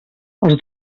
els